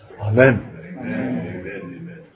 Amen